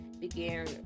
began